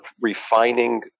refining